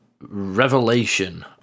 revelation